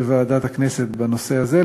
בוועדת הכנסת בנושא הזה.